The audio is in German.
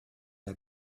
der